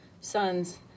son's